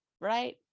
right